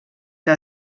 que